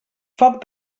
foc